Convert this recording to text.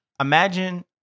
imagine